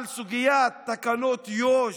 על סוגית תקנות יו"ש,